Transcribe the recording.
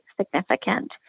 significant